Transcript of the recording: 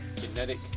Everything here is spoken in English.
genetic